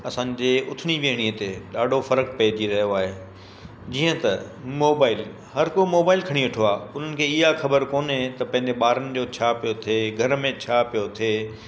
असांजी उथिणी विहिणीअ ते ॾाढो फ़र्क़ु पेइजी वियो आहे जीअं त मोबाइल हर को मोबाइल खणी वेठो आहे उन्हनि खे इहा ख़बर कोने त पंहिंजे ॿारनि जो छा पियो थिए घर में छा पियो थिए